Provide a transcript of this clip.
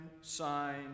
sign